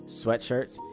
sweatshirts